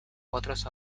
otros